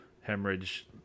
hemorrhage